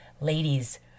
Ladies